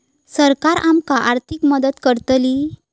सरकार आमका आर्थिक मदत करतली?